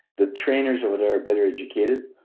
the trainers over there are better educated.